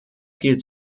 viel